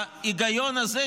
בהיגיון הזה,